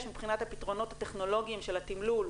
מבחינת הפתרונות הטכנולוגיים של התמלול,